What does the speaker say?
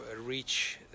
reach